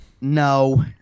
No